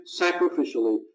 sacrificially